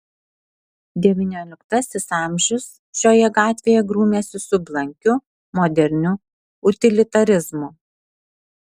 devynioliktasis amžius šioje gatvėje grūmėsi su blankiu moderniu utilitarizmu